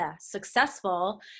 successful